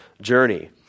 journey